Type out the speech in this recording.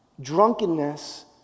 Drunkenness